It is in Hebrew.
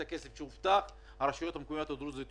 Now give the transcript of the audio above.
הכסף שהובטח הרשויות המקומיות הדרוזיות יקרסו.